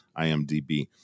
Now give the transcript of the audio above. IMDB